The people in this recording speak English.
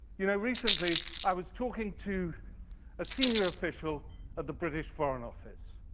you know recently i was talking to a senior official of the british foreign office.